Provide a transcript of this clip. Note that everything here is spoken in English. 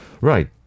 Right